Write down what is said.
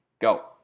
go